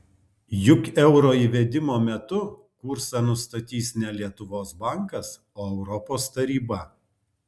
juk euro įvedimo metu kursą nustatys ne lietuvos bankas o europos taryba